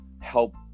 help